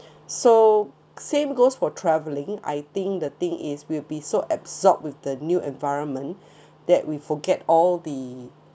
so same goes for traveling I think the thing is will be so absorbed with the new environment that we forget all the